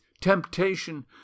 temptation